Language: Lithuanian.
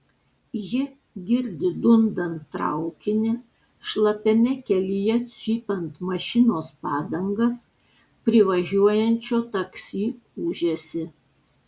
ji girdi dundant traukinį šlapiame kelyje cypiant mašinos padangas privažiuojančio taksi ūžesį